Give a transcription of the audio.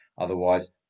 otherwise